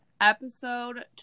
episode